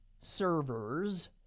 servers